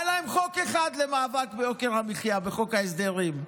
היה להם חוק אחד למאבק ביוקר המחיה, בחוק ההסדרים,